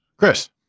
Chris